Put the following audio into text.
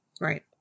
Right